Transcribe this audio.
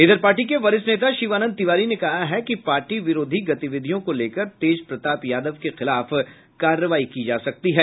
इधर पार्टी के वरिष्ठ नेता शिवानंद तिवारी ने कहा है कि पार्टी विरोधी गतिविधियों को लेकर तेज प्रताप यादव के खिलाफ कार्रवाई की जा सकती है